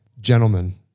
gentlemen